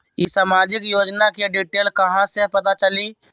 ई सामाजिक योजना के डिटेल कहा से पता चली?